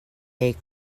cake